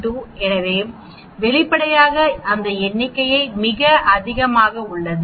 6892 எனவே வெளிப்படையாக அந்த எண்ணிக்கை மிக அதிகமாக உள்ளது